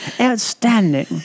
Outstanding